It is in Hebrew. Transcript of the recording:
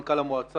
מנכ"ל המועצה,